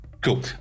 cool